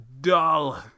Dull